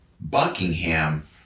Buckingham